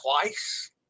twice